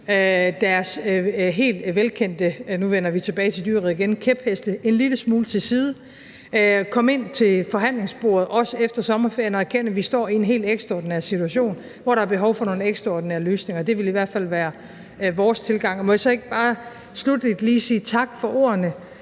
deres helt velkendte – nu vender vi tilbage til dyreriget igen – kæpheste en lille smule til side, kom ind til forhandlingsbordet, også efter sommerferien, og erkendte, at vi står i en helt ekstraordinær situation, hvor der er behov for nogle ekstraordinære løsninger. Det vil i hvert fald være vores tilgang. Må jeg så ikke bare sluttelig lige sige tak til de